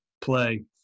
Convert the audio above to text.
play